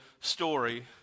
story